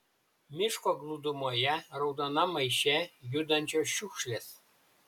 miško glūdumoje raudonam maiše judančios šiukšlės